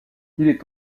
est